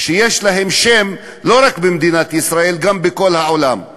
שיש להם שם לא רק במדינת ישראל, גם בכל העולם.